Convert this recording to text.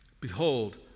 Behold